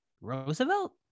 Roosevelt